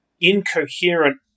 incoherent